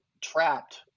trapped